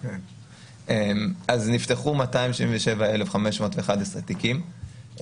נפתחו 277,511 תיקים.